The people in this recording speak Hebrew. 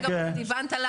תומר, מה אתה אומר על זה?